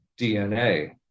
dna